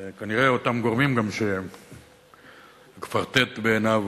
זה כנראה אותם גורמים שגם הקוורטט בעיניהם